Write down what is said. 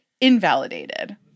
invalidated